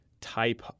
type